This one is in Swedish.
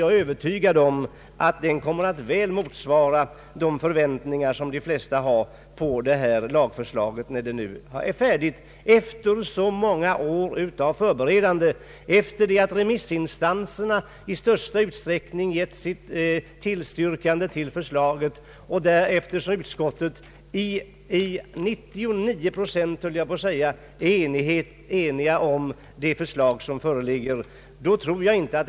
Jag är övertygad om att lagförslaget kommer att väl motsvara de förväntningar de flesta har när det nu är färdigt efter så många års förberedelser. Remissinstanserna har ju också över lag tillstyrkt förslaget, och utskottet är, jag höll på att säga till 99 procent, enigt om det.